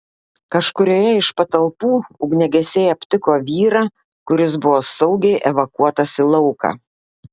kažkurioje iš patalpų ugniagesiai aptiko vyrą kuris buvo saugiai evakuotas į lauką